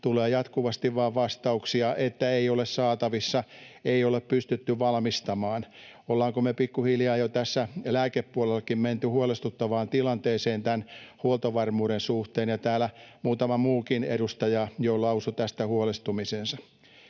tulee jatkuvasti vain vastauksia, että ei ole saatavissa, ei ole pystytty valmistamaan. Ollaanko me pikkuhiljaa jo tässä lääkepuolellakin menty huolestuttavaan tilanteeseen tämän huoltovarmuuden suhteen? Täällä muutama muukin edustaja jo lausui tästä huolestumisensa.